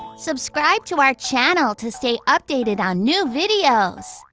subscribe to our channel to stay updated on new videos!